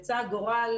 רצה הגורל